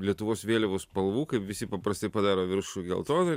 lietuvos vėliavos spalvų kaip visi paprastai padaro viršų geltoną